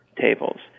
tables